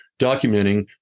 documenting